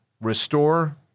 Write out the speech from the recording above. restore